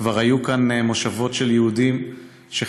כבר היו כאן מושבות של יהודים שחיו